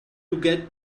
got